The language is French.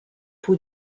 pour